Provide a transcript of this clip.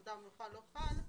עבודה ומנוחה לא חל,